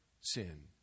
sin